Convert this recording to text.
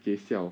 kei siao